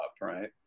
right